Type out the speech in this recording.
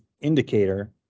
indicator